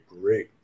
great